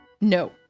No